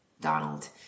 Donald